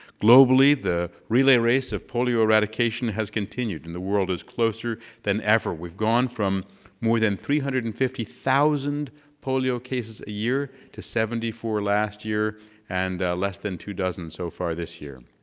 globally the relay race of polio eradication has continued and the world is closer than ever we've gone from more than three hundred and fifty thousand polio cases a year to seventy four last year and less than two dozen so far this year.